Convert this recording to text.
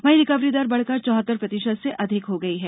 वहीं रिकवरी दर बढ़कर चौहत्तर प्रतिशत से अधिक हो गई है